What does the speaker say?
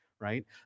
right